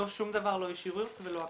שום דבר, לא ישירות ולא עקיפות.